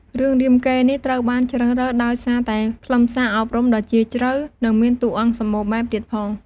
រឿងរាមកេរ្តិ៍នេះត្រូវបានជ្រើសរើសដោយសារតែខ្លឹមសារអប់រំដ៏ជ្រាលជ្រៅ និងមានតួអង្គសម្បូរបែបទៀតផង។